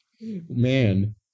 Man